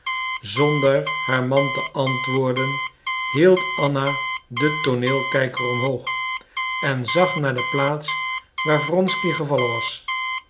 zonder haar man te antwoorden hield anna den tooneelkijker omhoog en zag naar de plaats waar wronsky gevallen was